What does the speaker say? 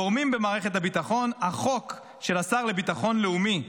גורמים במערכת הביטחון: החוק של השר לביטחון לאומי,